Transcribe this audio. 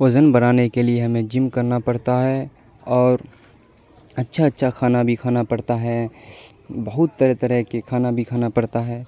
وزن بنانے کے لیے ہمیں جم کرنا پڑتا ہے اور اچھا اچھا کھانا بھی کھانا پڑتا ہے بہت طرح طرح کے کھانا بھی کھانا پڑتا ہے